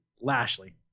Lashley